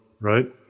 right